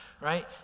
right